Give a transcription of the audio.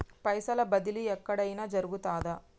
పైసల బదిలీ ఎక్కడయిన జరుగుతదా?